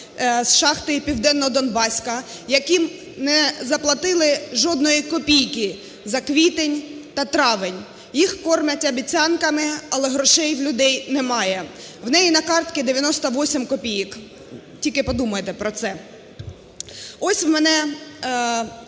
з шахти "Південнодонбаська", яким не заплатили жодної копійки за квітень та травень. Їх кормлять обіцянками, але грошей в людей немає. В неї на картці 98 копійок. Тільки подумайте про це. Ось в мене